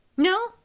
No